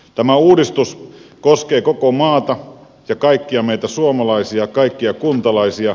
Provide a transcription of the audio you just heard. tämä uudistus koskee koko maata ja kaikkia meitä suomalaisia kaikkia kuntalaisia